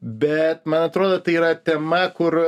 bet man atrodo tai yra tema kur